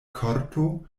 korto